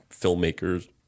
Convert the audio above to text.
filmmakers